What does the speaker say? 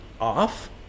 off